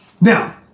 Now